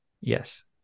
Yes